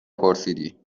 پرسیدی